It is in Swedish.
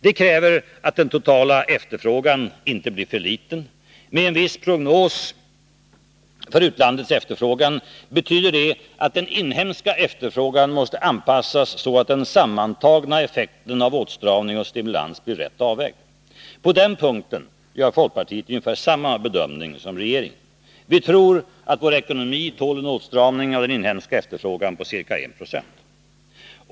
Det kräver att den totala efterfrågan inte blir för liten. Med en viss prognos för utlandets efterfrågan betyder det att den inhemska efterfrågan måste anpassas så att den sammantagna effekten av åtstramning och stimulans blir rätt avvägd. På den punkten gör folkpartiet ungefär samma bedömning som regeringen. Vi tror att vår ekonomi tål en åtstramning av den inhemska efterfrågan på ca 1 96.